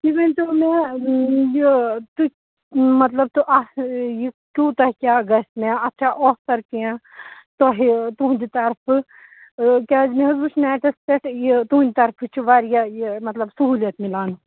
یہِ ؤنۍتو مےٚ یہِ تُہۍ مطلب تُہ اَتھ یہِ کوٗتاہ کیٛاہ گژھِ مےٚ اَتھ چھا آفَر کیٚنہہ تۄہہِ تُہٕنٛدِ طرفہٕ کیٛازِ مےٚ حظ وُچھ نٮ۪ٹَس پٮ۪ٹھ یہِ تُہٕنٛدِ طرفہٕ چھِ واریاہ یہِ مطلب سہوٗلِیَت مِلان